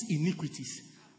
iniquities